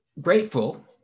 grateful